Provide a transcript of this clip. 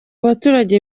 baturage